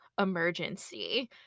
emergency